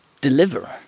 deliver